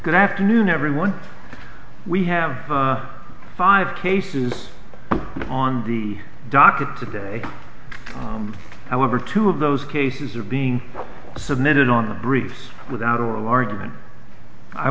good afternoon everyone we have the five cases on the docket today however two of those cases are being submitted on the briefs without or